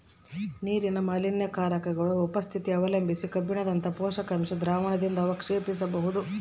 ನೀರಿನ ಮಾಲಿನ್ಯಕಾರಕಗುಳ ಉಪಸ್ಥಿತಿ ಅವಲಂಬಿಸಿ ಕಬ್ಬಿಣದಂತ ಪೋಷಕಾಂಶ ದ್ರಾವಣದಿಂದಅವಕ್ಷೇಪಿಸಬೋದು